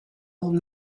old